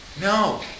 No